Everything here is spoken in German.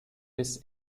bis